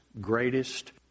greatest